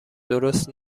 درست